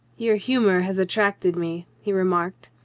your humor has attracted me, he remarked,